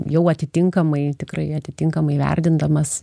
jau atitinkamai tikrai atitinkamai vertindamas